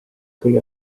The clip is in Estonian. kõige